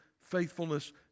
faithfulness